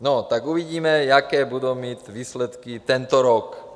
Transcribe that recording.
No tak uvidíme, jaké budou mít výsledky tento rok.